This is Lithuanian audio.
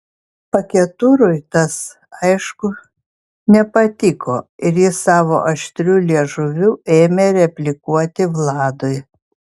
paketurui tas aišku nepatiko ir jis savo aštriu liežuviu ėmė replikuoti vladui